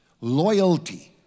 Loyalty